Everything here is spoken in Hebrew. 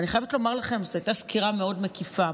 ואני חייבת לומר לכם שזאת הייתה סקירה מאוד מקיפה.